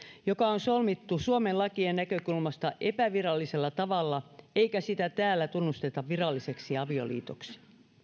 joka on solmittu suomen lakien näkökulmasta epävirallisella tavalla eikä sitä täällä tunnusteta viralliseksi avioliitoksi